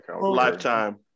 lifetime